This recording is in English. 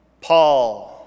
Paul